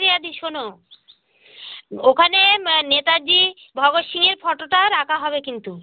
শ্রেয়া দি শোনো ওখানে নেতাজি ভগত সিংয়ের ফটোটা রাখা হবে কিন্তু